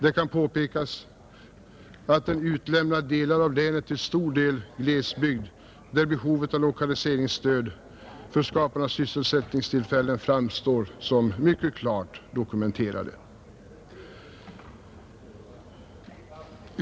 Det kan påpekas att delar av länet utelämnas, som till stor del är glesbygd, och där behovet av lokaliseringsstöd för skapande av sysselsättningstillfällen framstår som mycket klart dokumenterat.